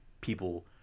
people